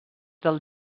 del